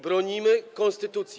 Bronimy konstytucji.